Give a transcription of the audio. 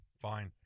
Fine